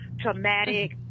traumatic